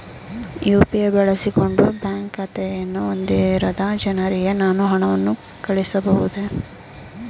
UPI ಬಳಸಿಕೊಂಡು bank ಖಾತೆಯನ್ನು ಹೊಂದಿರದ ಜನರಿಗೆ ನಾನು ಹಣವನ್ನು ಕಳುಹಿಸಬಹುದೇ?